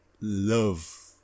love